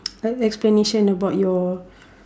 explanation about your